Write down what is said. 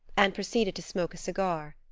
and proceeded to smoke a cigar.